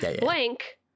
blank